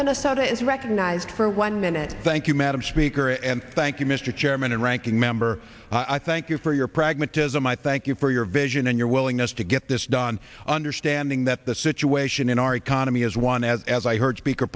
minnesota is recognized for one minute thank you madam speaker and thank you mr chairman and ranking member i thank you for your pragmatism i thank you for your vision and your willingness to get this done understanding that the situation in our economy is one as i heard speaker